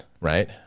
right